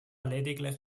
lediglich